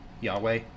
Yahweh